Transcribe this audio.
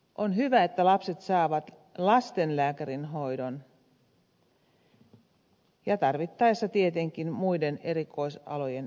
on hyvä että lapset saavat lastenlääkärin hoidon ja tarvittaessa tietenkin muiden erikoisalojen lääkäreiden hoidon